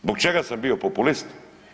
Zbog čega sam bio populist?